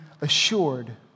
assured